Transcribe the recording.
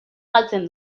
galtzen